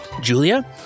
Julia